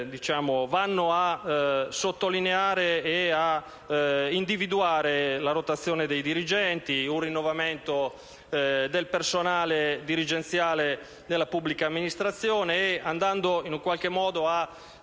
vanno a sottolineare e a individuare la rotazione dei dirigenti e il rinnovamento del personale dirigenziale della pubblica amministrazione, mettendo a